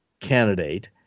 candidate